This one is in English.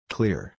Clear